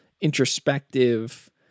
introspective